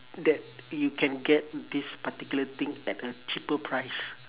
that you can get this particular thing at a cheaper price